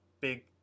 big